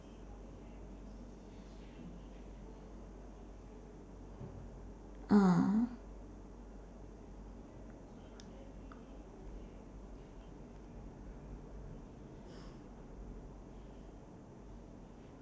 ah